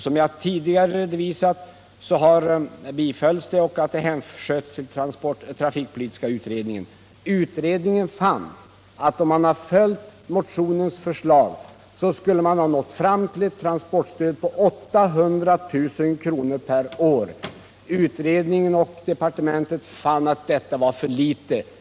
Som jag tidigare redovisat bifölls motionen och hänsköts till trafikpolitiska utredningen. Utredningen fann att om man hade följt motionens förslag skulle man ha nått fram till ett transportstöd på 800 000 kr. per år. Utredningen och departementet fann att detta var för litet.